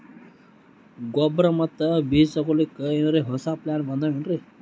ಗೊಬ್ಬರ ಮತ್ತ ಬೀಜ ತೊಗೊಲಿಕ್ಕ ಎನರೆ ಹೊಸಾ ಪ್ಲಾನ ಬಂದಾವೆನ್ರಿ?